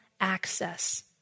access